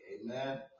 Amen